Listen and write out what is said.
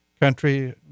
country